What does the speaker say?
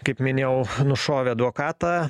kaip minėjau nušovė advokatą